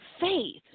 faith